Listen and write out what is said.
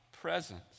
presence